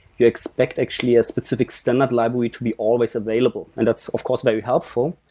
you expect actually a specific standard library to be always available, and that's of course very helpful,